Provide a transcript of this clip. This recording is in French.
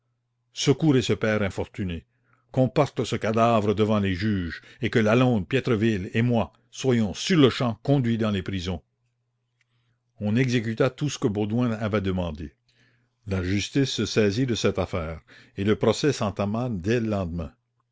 secourez ce père infortuné qu'on porte ce cadavre devant les juges et que lalonde piétreville et moi soyons sur-le-champ conduits dans les prisons on exécuta tout ce que baudouin avait demandé la justice se saisit de cette affaire et le procès s'entama dès le lendemain